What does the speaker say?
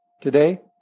today